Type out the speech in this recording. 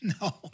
no